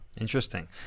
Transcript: Interesting